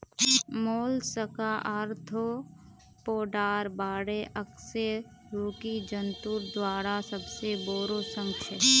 Mollusca आर्थ्रोपोडार बादे अकशेरुकी जंतुर दूसरा सबसे बोरो संघ छे